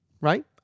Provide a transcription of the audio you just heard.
right